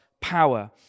power